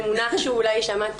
אז אני אשתמש במונח שאולי שמעת,